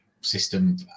system